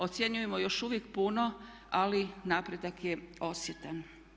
Ocjenjujemo još uvijek puno ali napredak je osjetan.